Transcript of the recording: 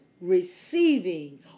receiving